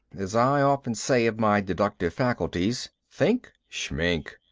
as i often say of my deductive faculties think shmink!